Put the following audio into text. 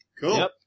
Cool